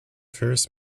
first